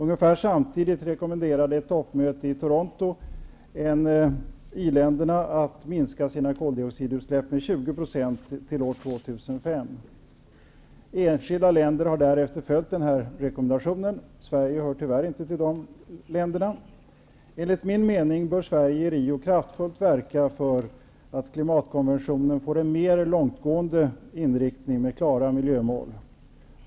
Ungefär samtidigt rekommenderade ett toppmöte i Toronto i-länderna att minska sina koldioxidutsläpp med 20 % fram till år 2005. Enskilda länder har därefter följt denna rekommendation. Sverige hör tyvärr inte till de länderna. Enligt min mening bör Sverige i Rio kraftfullt verka för att klimatkonventionen får en mer långtgående inriktning med klara miljömål.